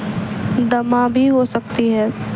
دمہ بھی ہو سکتی ہے